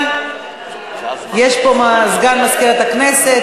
יש פה סגן מזכירת הכנסת,